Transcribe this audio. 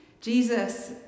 Jesus